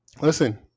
Listen